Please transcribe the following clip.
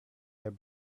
their